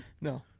No